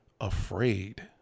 afraid